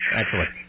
Excellent